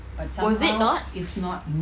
was it not